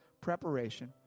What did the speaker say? preparation